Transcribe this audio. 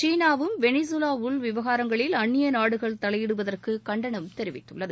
சீனாவம் Venezuela உள்விவகாரங்களில் அன்னிய நாடுகள் தலையிடுவதற்கு கண்டனம் தெரிவித்துள்ளது